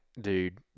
dude